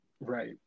right